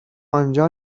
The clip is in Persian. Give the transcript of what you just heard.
آنجا